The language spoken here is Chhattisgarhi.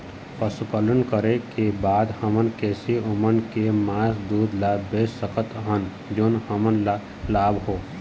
पशुपालन करें के बाद हम कैसे ओमन के मास, दूध ला बेच सकत हन जोन हमन ला लाभ हो?